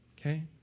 okay